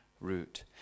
root